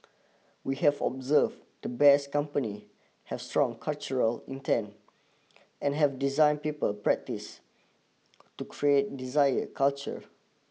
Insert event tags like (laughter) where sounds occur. we have observe to 'Best Company' have strong cultural intent (noise) and have designed people practice (noise) to create desired culture